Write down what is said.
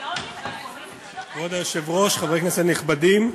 כבוד היושב-ראש, חברי כנסת נכבדים,